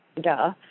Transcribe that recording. duh